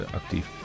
actief